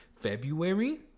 february